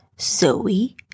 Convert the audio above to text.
Zoe